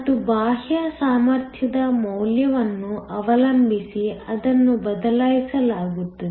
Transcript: ಮತ್ತು ಬಾಹ್ಯ ಸಾಮರ್ಥ್ಯದ ಮೌಲ್ಯವನ್ನು ಅವಲಂಬಿಸಿ ಅದನ್ನು ಬದಲಾಯಿಸಲಾಗುತ್ತದೆ